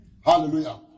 Hallelujah